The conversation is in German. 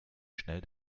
schnell